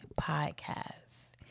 Podcast